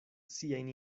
siajn